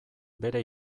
bere